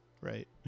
Right